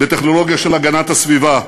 בטכנולוגיה של הגנת הסביבה,